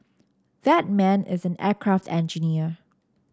that man is an aircraft engineer